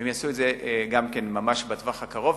הם יעשו את זה גם ממש בטווח הקרוב.